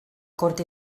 cort